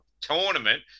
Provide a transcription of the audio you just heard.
tournament